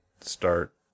start